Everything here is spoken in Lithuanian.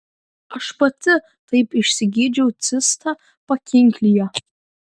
aš pati taip išsigydžiau cistą pakinklyje